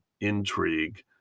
intrigue